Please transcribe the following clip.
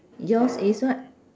yours is what